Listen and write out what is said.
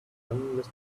and